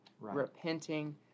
repenting